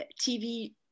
TV